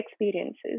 experiences